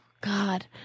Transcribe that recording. god